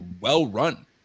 well-run